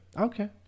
Okay